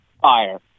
fire